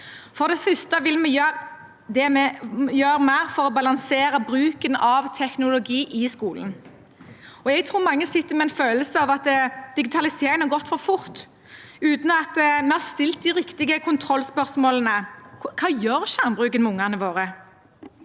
For det første vil vi gjøre mer for å balansere bruken av teknologi i skolen. Jeg tror mange sitter med en følelse av at digitaliseringen har gått for fort, uten at vi har stilt de riktige kontrollspørsmålene. Hva gjør skjermbruken med ungene våre?